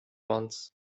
ones